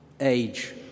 age